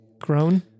Grown